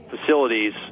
facilities